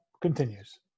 continues